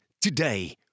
today